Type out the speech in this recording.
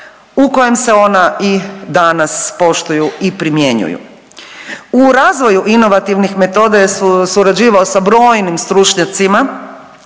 u kojem se ona danas poštuju i primjenjuju. U razvoju inovativnih metoda jer je surađivao sa brojnim stručnjacima